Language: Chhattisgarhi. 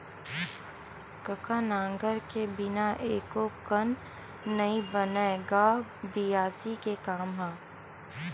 कका नांगर के बिना एको कन नइ बनय गा बियासी के काम ह?